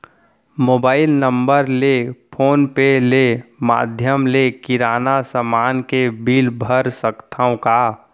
Mobile number ले phone पे ले माधयम ले किराना समान के बिल भर सकथव का?